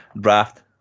draft